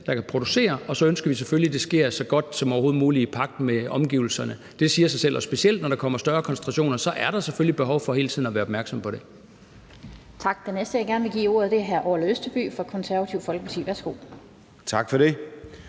som kan producere, og så ønsker vi selvfølgelig, at det sker så godt som overhovedet muligt i pagt med omgivelserne. Det siger sig selv. Specielt når der kommer større koncentrationer, er der selvfølgelig behov for hele tiden at være opmærksom på det. Kl. 13:20 Den fg. formand (Annette Lind): Tak. Den næste, jeg gerne vil give ordet, er hr. Orla Østerby fra Det Konservative Folkeparti. Værsgo. Kl.